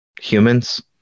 humans